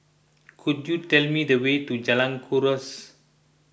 could you tell me the way to Jalan Kuras